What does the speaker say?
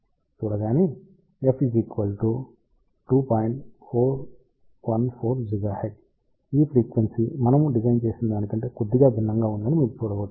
చూడగానే f 2414 GHz ఈ frequency మనము డిజైన్ చేసినదానికంటే కొద్దిగా భిన్నంగా ఉందని మీరు చూడవచ్చు